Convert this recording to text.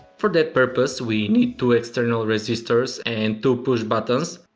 for that purpose we need two external resistors and two push buttons.